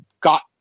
got